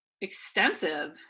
extensive